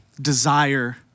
desire